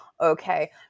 okay